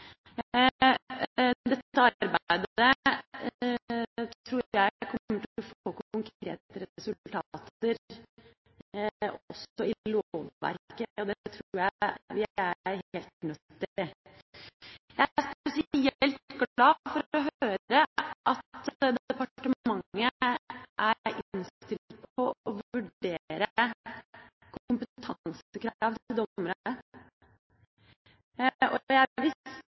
få konkrete resultater også i lovverket, og det tror jeg vi er helt nødt til. Jeg er spesielt glad for å høre at departementet er innstilt på å vurdere kompetansekrav